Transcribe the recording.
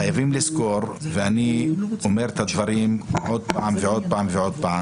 חייבים לזכור, ואני אומר את הדברים שוב ושוב ושוב,